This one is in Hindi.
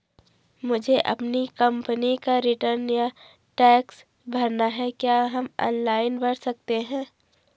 मुझे अपनी कंपनी का रिटर्न या टैक्स भरना है क्या हम ऑनलाइन भर सकते हैं?